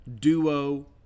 duo